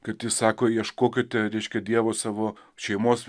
kad jis sako ieškokite reiškia dievo savo šeimos